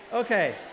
Okay